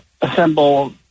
assemble